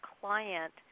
client